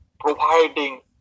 Providing